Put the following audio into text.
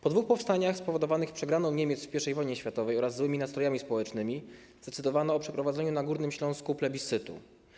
Po dwóch powstaniach spowodowanych przegraną Niemiec w I wojnie światowej oraz złymi nastrojami społecznymi zdecydowano o przeprowadzeniu na Górnym Śląsku plebiscytu.